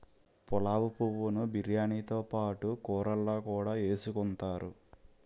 పులావు పువ్వు ను బిర్యానీతో పాటు కూరల్లో కూడా ఎసుకుంతారు